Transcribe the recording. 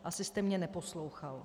Asi jste mě neposlouchal.